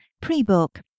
Pre-Book